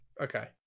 Okay